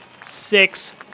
six